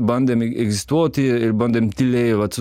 bandėm egzistuoti ir bandėm tyliai vat